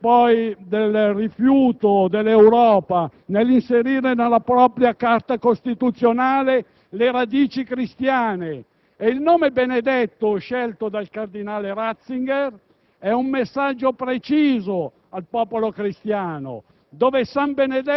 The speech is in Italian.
Penso che il nostro compito sia quello di attivarci in tutti i modi per garantire a Benedetto XVI una lunga vita perché con i suoi insegnamenti possa illuminare le nostre menti oscurate in un momento di secolarizzazione della nostra società.